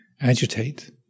agitate